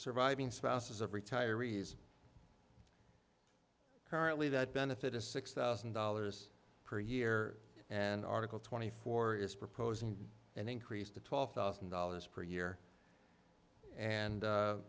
surviving spouses of retirees currently that benefit is six thousand dollars per year an article twenty four is proposing an increase to twelve thousand dollars per year and